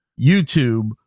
YouTube